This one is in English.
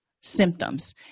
symptoms